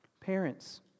Parents